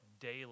daily